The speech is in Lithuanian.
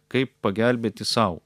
kaip pagelbėti sau